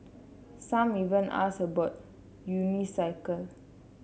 some even ask about unicycle